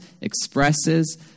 expresses